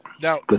Now